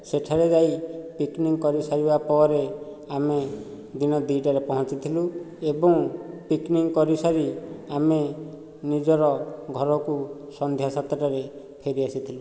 ସେଠାରେ ଯାଇ ପିକ୍ନିକ୍ କରିସାରିବା ପରେ ଆମେ ଦିନ ଦୁଇଟାରେ ପହଞ୍ଚିଥିଲୁ ଏବଂ ପିକ୍ନିକ୍ କରିସାରି ଆମେ ନିଜର ଘରକୁ ସନ୍ଧ୍ୟା ସାତଟାରେ ଫେରି ଆସିଥିଲୁ